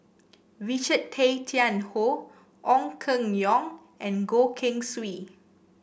Richard Tay Tian Hoe Ong Keng Yong and Goh Keng Swee